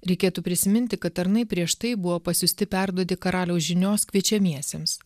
reikėtų prisiminti kad tarnai prieš tai buvo pasiųsti perduoti karaliaus žinios kviečiamiesiems